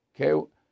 Okay